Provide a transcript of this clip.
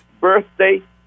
birthday